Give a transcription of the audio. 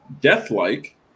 deathlike